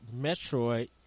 Metroid